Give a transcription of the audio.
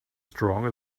stronger